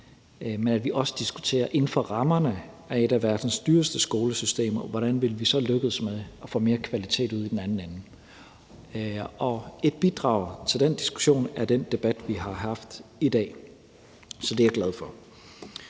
hvordan vi så inden for rammerne af et af verdens dyreste skolesystemer vil lykkes med at få mere kvalitet ud i den anden ende. Og et bidrag til den diskussion er den debat, vi har haft i dag, så det er jeg glad for.